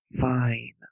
fine